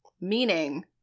Meaning